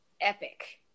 epic